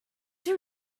too